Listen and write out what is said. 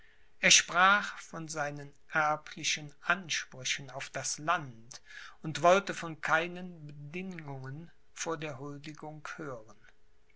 er sprach von seinen erblichen ansprüchen auf das land und wollte von keinen bedingungen vor der huldigung hören